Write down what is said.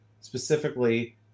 specifically